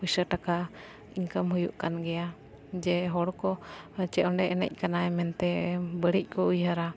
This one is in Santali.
ᱯᱩᱭᱥᱟᱹ ᱴᱟᱠᱟ ᱤᱱᱠᱟᱢ ᱦᱩᱭᱩᱜ ᱠᱟᱱ ᱜᱮᱭᱟ ᱡᱮ ᱦᱚᱲ ᱠᱚ ᱪᱮᱫ ᱚᱸᱰᱮ ᱮᱱᱮᱡ ᱠᱟᱱᱟᱭ ᱢᱮᱱᱛᱮ ᱵᱟᱹᱲᱤᱡ ᱠᱚ ᱩᱭᱦᱟᱹᱨᱟ